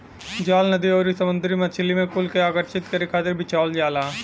जाल नदी आउरी समुंदर में मछरी कुल के आकर्षित करे खातिर बिछावल जाला